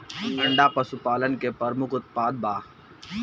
अंडा पशुपालन के प्रमुख उत्पाद बा